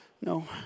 No